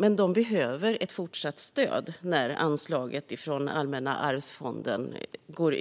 Men de behöver ett fortsatt stöd när anslaget från Allmänna arvsfonden upphör